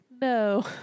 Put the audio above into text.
no